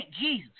Jesus